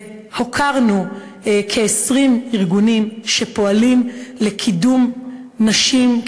הוקרנו כ-20 ארגונים שפועלים לקידום נשים,